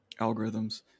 algorithms